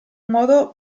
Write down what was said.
modo